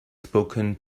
spoken